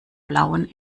blauen